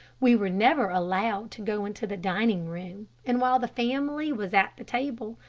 we were never allowed to go into the dining room, and while the family was at the table,